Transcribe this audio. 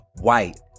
White